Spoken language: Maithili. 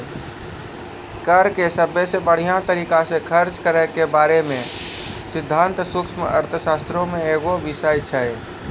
कर के सभ्भे से बढ़िया तरिका से खर्च के बारे मे सिद्धांत सूक्ष्म अर्थशास्त्रो मे एगो बिषय छै